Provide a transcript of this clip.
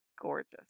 gorgeous